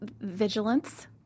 vigilance